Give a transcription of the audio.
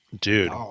dude